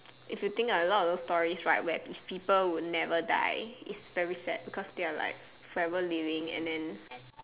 if you think ah a lot of those stories right where if people would never die its very sad because they're like forever living and then